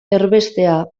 erbestea